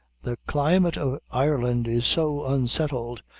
the climate of ireland is so unsettled,